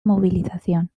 movilización